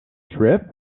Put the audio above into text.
trip